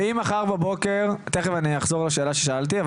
ואם מחר בבוקר, תיכף אני אחזור לשאלה ששאלתי.